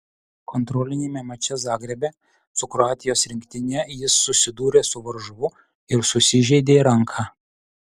kontroliniame mače zagrebe su kroatijos rinktine jis susidūrė su varžovu ir susižeidė ranką